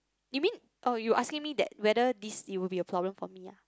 it means oh you asking me that whether this it will be a problem for me ah